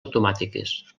automàtiques